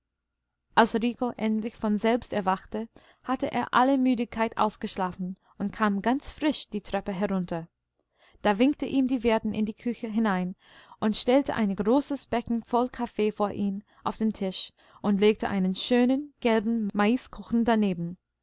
rico endlich von selbst erwachte hatte er alle müdigkeit ausgeschlafen und kam ganz frisch die treppe herunter da winkte ihm die wirtin in die küche hinein und stellte ein großes becken voll kaffee vor ihn auf den tisch und legte einen schönen gelben maiskuchen daneben